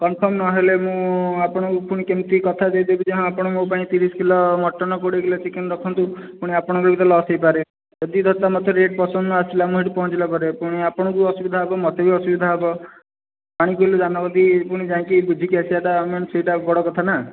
confirm ନହେଲେ ମୁଁ ଆପଣ ଙ୍କୁ ପୁଣି କେମିତି କଥା ଦେଇଦେବି ଯେ ହଁ ଆପଣ ମୋ ପାଇଁ ତିରିଶ କିଲ ମଟନ କୋଡ଼ିଏ କିଲ ଚିକେନ ରଖନ୍ତୁ ପୁଣି ଆପଣଙ୍କ ର ବି ତ ଲସ ହେଇପାରେ ଯଦି ମୋତେ ତ ରେଟ ପସନ୍ଦ ନ ଆସିଲା ସେହିଠି ପହଞ୍ଚିଲା ପରେ ପୁଣି ଆପଣଙ୍କୁ ଅସୁବିଧା ହେବ ମୋତେ ବି ଅସୁବିଧା ହେବ କ'ଣ କି ଦାନଗଦି ପୁଣି ଯାଇକି ବୁଝିକି ଆସିବା ଟା ସେହିଟା ବଡ଼ କଥା ନା